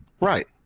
Right